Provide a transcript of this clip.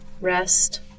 Rest